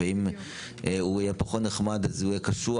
ואם הוא פחות נחמד אז הוא יהיה קשוח